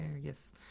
yes